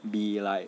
be like